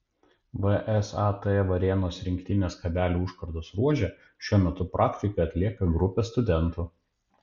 vsat varėnos rinktinės kabelių užkardos ruože šiuo metu praktiką atlieka grupė studentų